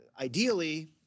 Ideally